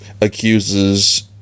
accuses